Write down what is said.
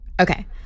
Okay